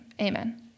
amen